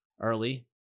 early